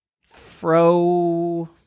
Fro